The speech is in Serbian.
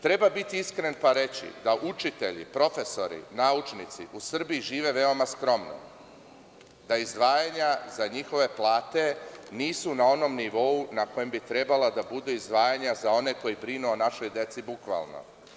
Treba biti iskren pa reći da učitelji, profesori, naučnici, u Srbiji žive veoma skromno, da izdvajanja za njihove plate nisu na onom nivou na kojem bi trebala da budu izdvajanja za one koji brinu o našoj deci bukvalno.